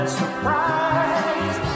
surprise